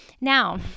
Now